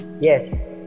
Yes